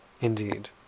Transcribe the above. Indeed